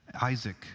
Isaac